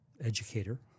educator